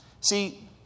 See